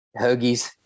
hoagies